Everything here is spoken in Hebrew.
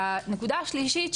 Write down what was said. והנקודה השלישית,